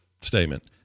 statement